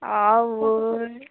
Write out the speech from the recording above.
आवय